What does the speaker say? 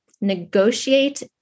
negotiate